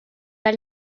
pas